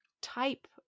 type